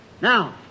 Now